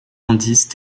indices